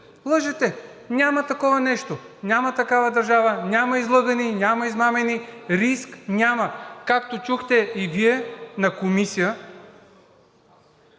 лъжете – няма такова нещо, няма такава държава, няма излъгани, няма измамени. Риск няма, както чухте и Вие на Комисията…